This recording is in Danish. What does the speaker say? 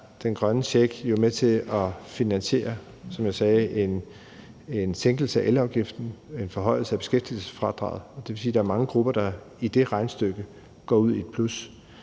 den grønne check jo med til at finansiere, som jeg sagde, en sænkelse af elafgiften, en forhøjelse af beskæftigelsesfradraget. Det vil sige, at der er mange grupper, der i det regnestykke går ud i et plus,